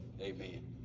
amen